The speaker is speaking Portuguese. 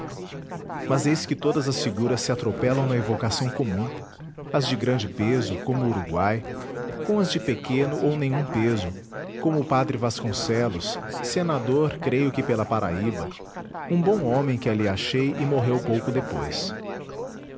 mas eis que todas as figuras se atropelam na evocação comum as de grande peso como uruguai com as de pequeno ou nenhum peso como o padre vasconcelos senador creio que pela paraíba um bom homem que ali achei e morreu pouco depois